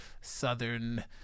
southern